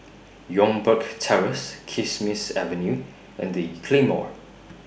Youngberg Terrace Kismis Avenue and The Claymore